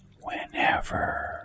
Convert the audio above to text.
whenever